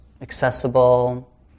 accessible